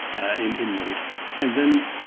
ah in in node. and then,